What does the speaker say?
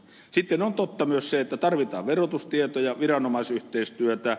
sitten on totta myös se että tarvitaan verotustietoja viranomaisyhteistyötä